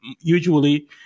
usually